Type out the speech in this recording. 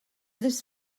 this